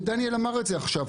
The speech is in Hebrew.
ודניאל אמר את זה עכשיו.